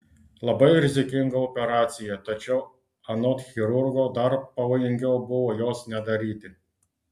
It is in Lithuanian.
labai rizikinga operacija tačiau anot chirurgo dar pavojingiau buvo jos nedaryti